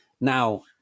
Now